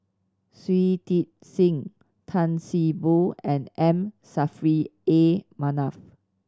Shui Tit Sing Tan See Boo and M Saffri A Manaf